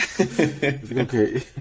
Okay